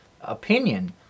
opinion